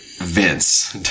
Vince